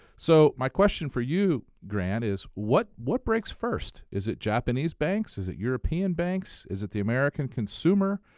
so my question for you, grant, is what what breaks first? is it japanese banks? is it european banks? is it the american consumer?